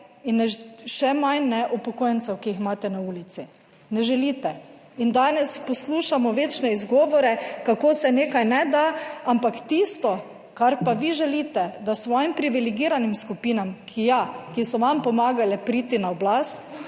ne, še manj ne upokojencev, ki jih imate na ulici, ne želite in danes poslušamo večne izgovore, kako se nekaj ne da, ampak tisto kar pa vi želite, da svojim privilegiranim skupinam, 53. TRAK: (VP) 16.20